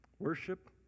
Worship